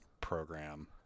program